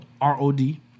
R-O-D